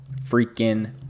freaking